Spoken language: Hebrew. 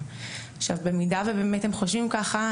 במידה והם חושבים ככה,